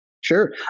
Sure